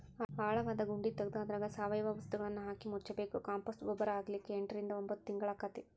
ಆಳವಾದ ಗುಂಡಿ ತಗದು ಅದ್ರಾಗ ಸಾವಯವ ವಸ್ತುಗಳನ್ನಹಾಕಿ ಮುಚ್ಚಬೇಕು, ಕಾಂಪೋಸ್ಟ್ ಗೊಬ್ಬರ ಆಗ್ಲಿಕ್ಕೆ ಎಂಟರಿಂದ ಒಂಭತ್ ತಿಂಗಳಾಕ್ಕೆತಿ